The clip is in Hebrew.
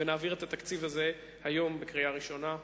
ונעביר את התקציב הזה היום בקריאה ראשונה.